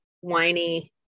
whiny